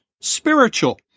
spiritual